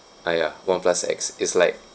ah ya oneplus X it's like